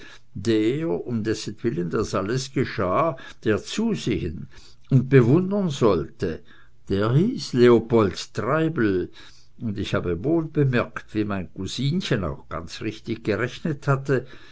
der um dessentwillen das alles geschah der zusehen und bewundern sollte der hieß leopold treibel und ich habe wohl bemerkt wie mein cousinchen auch ganz richtig gerechnet hatte